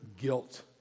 guilt